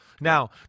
Now